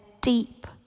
deep